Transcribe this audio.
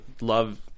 love